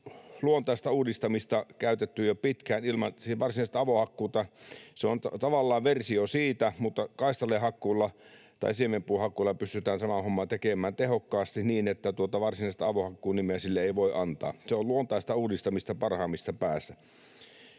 luontaista uudistamista käytetty jo pitkään ilman varsinaista avohakkuuta. Se on tavallaan versio siitä, mutta kaistalehakkuulla tai siemenpuuhakkuulla pystytään sama homma tekemään tehokkaasti niin, että tuota varsinaista avohakkuu-nimeä sille ei voi antaa. Se on luontaista uudistamista parhaimmasta päästä.